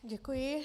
Děkuji.